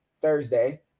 Thursday